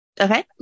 Okay